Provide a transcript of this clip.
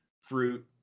fruit